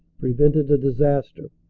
prevented a disaster.